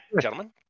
gentlemen